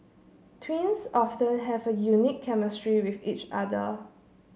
twins often have a unique chemistry with each other